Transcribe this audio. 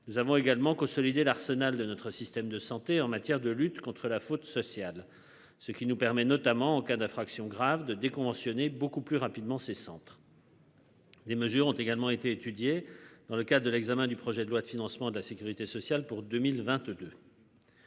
Nous avons également consolider l'arsenal de notre système de santé en matière de lutte contre la faute sociale. Ce qui nous permet notamment en cas d'infraction grave de déconventionner beaucoup plus rapidement ces centres. Des mesures ont également été étudiés dans le cadre de l'examen du projet de loi de financement de la Sécurité sociale pour 2022.